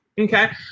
Okay